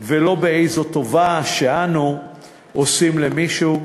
ולא באיזו טובה שאנו עושים למישהו.